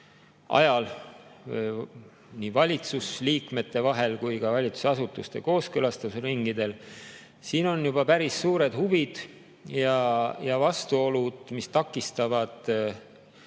ajal nii valitsusliikmete vahel kui ka valitsusasutuste kooskõlastusringidel. Siin on juba päris suured huvid ja vastuolud, mis takistavad